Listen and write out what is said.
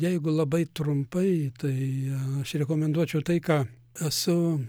jeigu labai trumpai tai aš rekomenduočiau tai ką esu